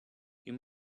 you